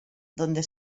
donde